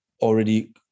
already